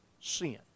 sin